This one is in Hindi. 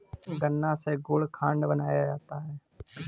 गन्ना से गुड़ खांड बनाया जाता है